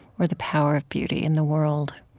or the power of beauty in the world?